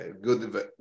good